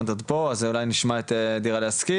אם את עוד פה אז אולי נשמע את דירה להשכיר?